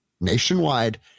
nationwide